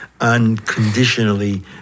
Unconditionally